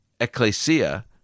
ecclesia